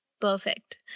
perfect